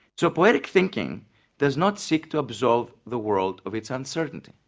so poetic thinking does not seek to absolve the world of its uncertainty,